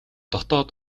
дотоод